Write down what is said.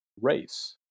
race